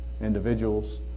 individuals